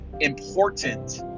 important